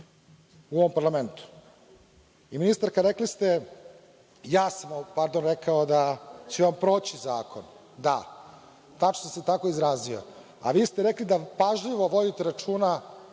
u ovom parlamentu. Ministarka, rekli ste, ja sam, pardon, rekao da će proći zakon. Da, tačno sam se tako izrazio, a vi ste rekli da pažljivo vodite računa